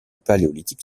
paléolithique